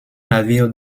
navires